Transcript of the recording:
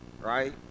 Right